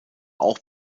auch